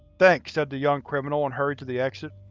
thanks, said the young criminal and hurried to the exit.